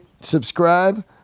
Subscribe